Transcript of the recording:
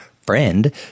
friend